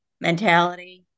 mentality